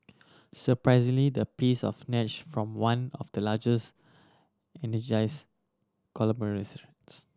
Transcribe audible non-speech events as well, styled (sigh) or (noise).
surprisingly the piece of snatch from one of the largest energies conglomerates (unintelligible)